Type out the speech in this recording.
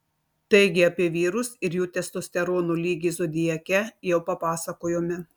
taigi apie vyrus ir jų testosterono lygį zodiake jau papasakojome